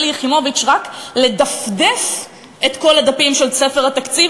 יחימוביץ רק לדפדף את כל הדפים של ספר התקציב,